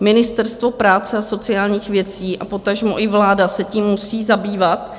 Ministerstvo práce a sociálních věcí a potažmo i vláda se tím musí zabývat,